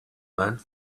men